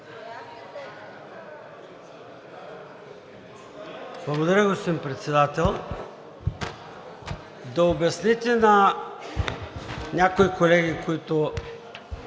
Благодаря, господин Председател.